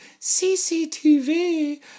CCTV